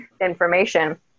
information